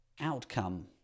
outcome